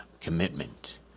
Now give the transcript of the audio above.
commitment